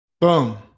Boom